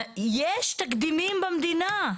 יש תקדימים במדינה.